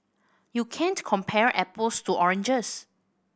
you can't compare apples to oranges